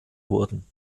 wurden